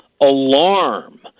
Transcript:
alarm